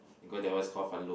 because they always confront you